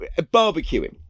barbecuing